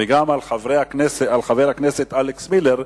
וגם על חבר הכנסת אלכס מילר,